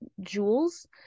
jewels